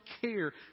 care